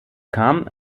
kam